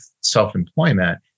self-employment